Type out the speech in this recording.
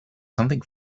something